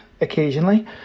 occasionally